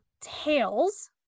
tails